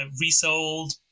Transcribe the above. resold